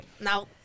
no